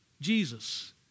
Jesus